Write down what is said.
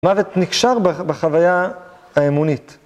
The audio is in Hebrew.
מוות נקשר בחוויה האמונית.